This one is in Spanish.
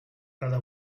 cada